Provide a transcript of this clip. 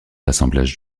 assemblage